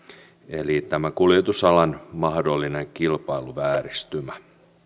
eli tämä kuljetusalan mahdollinen kilpailuvääristymä